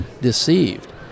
deceived